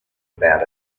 about